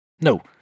No